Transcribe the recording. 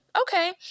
okay